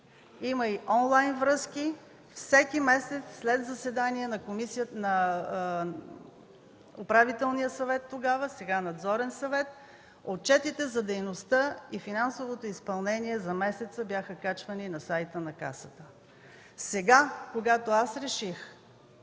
Има и онлайн връзки. Всеки месец, след заседание на Управителния съвет тогава, сега Надзорен съвет, отчетите за дейността и финансовото изпълнение за месеца бяха качвани на сайта на Касата. Сега, когато аз реших